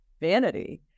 vanity